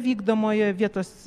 vykdomoje vietos